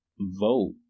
vote